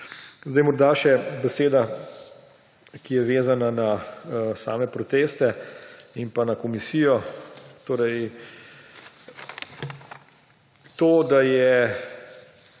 Sedaj morda še beseda, ki je vezana na same proteste in pa na komisijo. Torej v